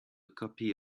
copy